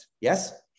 Yes